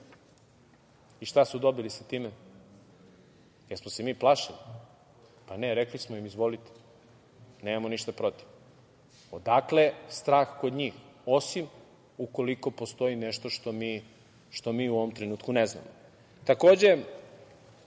Šta su dobili sa time? Jesmo se mi plašili? Ne, rekli smo im – izvolite, nemamo ništa protiv. Odakle strah kod njih? Osim ukoliko postoji nešto što mi u ovom trenutku ne znamo. Takođe,